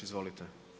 Izvolite.